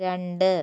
രണ്ട്